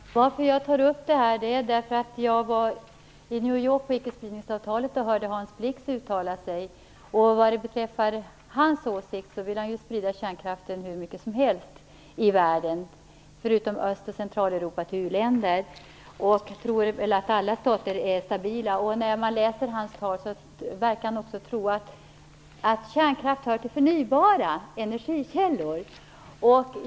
Fru talman! Orsaken till att jag tar upp den här frågan är att jag var i New York på konferensen om icke-spridnings-avtalet och hörde Hans Blix uttala sig. Vad beträffar hans åsikt vill han sprida kärnkraften hur mycket som helst i världen, förutom till Östoch Centraleuropa och till u-länder. Han tror väl att alla stater är stabila. När man läser hans tal verkar han också tro att kärnkraft hör till förnybara energikällor.